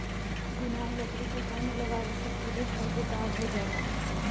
घुनाएल लकड़ी के घर में लगावे से कुली घर बेकार हो जाला